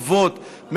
טובות,